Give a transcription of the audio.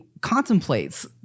contemplates